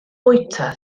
bwyta